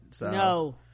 No